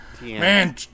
Man